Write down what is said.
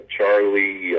Charlie